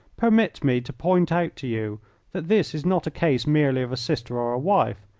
permit me to point out to you that this is not a case merely of a sister or a wife,